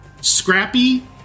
Scrappy